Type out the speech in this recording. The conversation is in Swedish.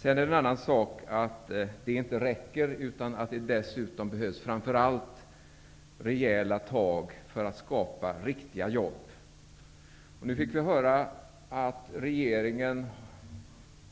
Sedan är det en annan sak att detta inte räcker utan att det dessutom framför allt behövs rejäla tag för att skapa riktiga jobb. Vi fick nu höra att regeringen